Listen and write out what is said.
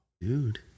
Dude